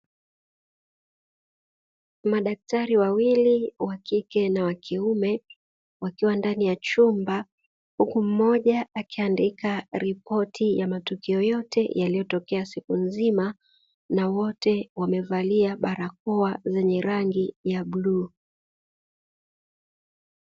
Madaktari wawili wa kike na wa kiume, wakiwa ndani ya chumba, huku mmoja akiandika ripoti ya matukio yote yaliyotokea siku nzima, na wote wamevalia barakoa zenye rangi ya bluu.